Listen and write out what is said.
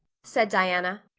said diana.